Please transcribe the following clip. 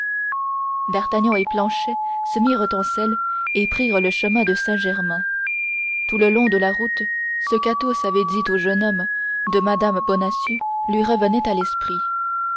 d'artagnan et planchet se mirent en selle et prirent le chemin de saint-germain tout le long de la route ce qu'athos avait dit au jeune homme de mme bonacieux lui revenait à l'esprit